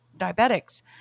diabetics